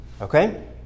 okay